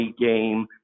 game